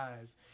eyes